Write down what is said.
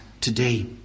today